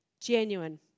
genuine